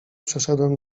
przeszedłem